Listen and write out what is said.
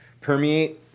permeate